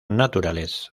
naturales